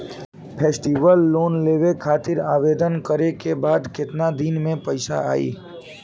Festival loan लेवे खातिर आवेदन करे क बाद केतना दिन म पइसा आई?